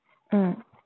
mm